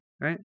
right